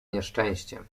nieszczęściem